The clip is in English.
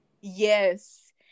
Yes